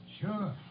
Sure